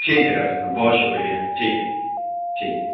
ٹھیک ہے ڈاکٹر صاحب بہت شکریہ ٹھیک ہے ٹھیک ہے